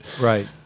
Right